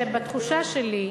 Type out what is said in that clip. שבתחושה שלי,